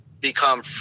become